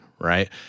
right